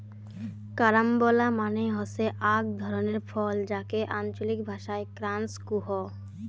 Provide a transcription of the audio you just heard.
carambola মানে হসে আক ধরণের ফল যাকে আঞ্চলিক ভাষায় ক্রাঞ্চ কুহ